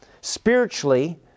spiritually